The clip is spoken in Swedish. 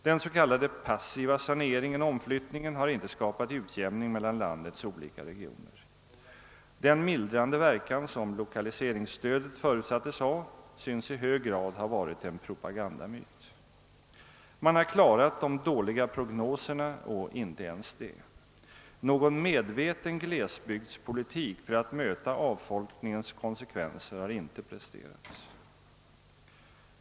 Den s.k. passiva saneringen och omflyttningen har inte skapat utjämning mellan landets olika regioner. Den mildrande verkan som lokaliseringsstödet förutsattes ha synes i hög grad ha varit en propagandamyt. Man har klarat de dåliga prognoserna eller inte ens det. Någon medveten glesbygdspolitik för att möta avfolkningens konsekvenser har inte presterats.